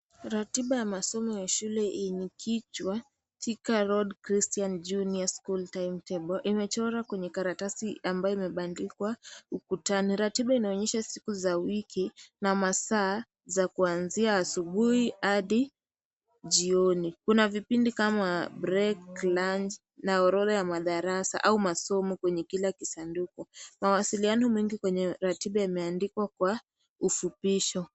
Ratiba ya masomo ya shule yenye kichwa Thika road christian junior school timetable . Imechora kwenye karatasi ambayo imebandikwa ukutani. Ratiba inaonyesha siku za week na masaa za kuanzia asubuhi hadi jioni. Kuna vipindi kama break, lunch na orodha ya madarasa au masomo kwenye kila kisanduku. Mawasiliano mengi kwenye ratiba imeandikwa kwa ufupisho.